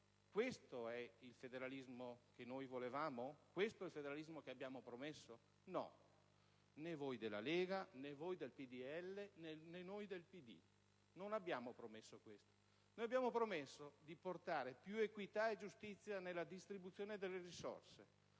Questo è il federalismo che volevamo? Questo è il federalismo che abbiamo promesso? No: né voi della Lega, né voi del Popolo della Libertà, né noi del Partito Democratico. Non abbiamo promesso questo. Abbiamo promesso di portare più equità e giustizia nella distribuzione delle risorse;